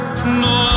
¡No